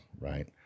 right